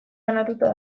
banatuta